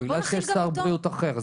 ובגלל שיש שר בריאות אחר,